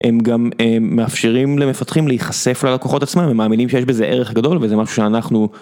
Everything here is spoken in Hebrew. הם גם מאפשרים למפתחים להיחשף ללקוחות עצמם, הם מאמינים שיש בזה ערך גדול וזה משהו שאנחנו...